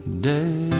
day